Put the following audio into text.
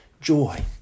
joy